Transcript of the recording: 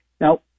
now